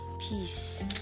peace